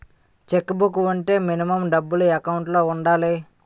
Check book వుంటే minimum డబ్బులు account లో ఉండాలి?